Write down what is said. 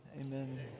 amen